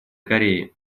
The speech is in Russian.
кореи